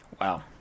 Wow